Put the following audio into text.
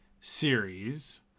series